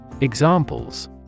Examples